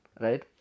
right